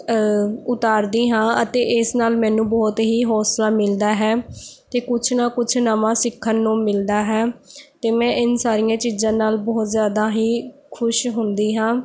ਉਤਾਰਦੀ ਹਾਂ ਅਤੇ ਇਸ ਨਾਲ ਮੈਨੂੰ ਬਹੁਤ ਹੀ ਹੌਂਸਲਾ ਮਿਲਦਾ ਹੈ ਅਤੇ ਕੁਛ ਨਾ ਕੁਛ ਨਵਾਂ ਸਿੱਖਣ ਨੂੰ ਮਿਲਦਾ ਹੈ ਅਤੇ ਮੈਂ ਇਹਨਾਂ ਸਾਰੀਆਂ ਚੀਜ਼ਾਂ ਨਾਲ ਬਹੁਤ ਜ਼ਿਆਦਾ ਹੀ ਖ਼ੁਸ਼ ਹੁੰਦੀ ਹਾਂ